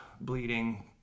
bleeding